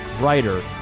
writer